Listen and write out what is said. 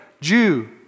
Jew